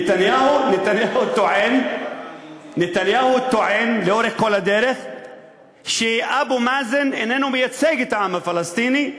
נתניהו טוען לאורך כל הדרך שאבו מאזן איננו מייצג את העם הפלסטיני,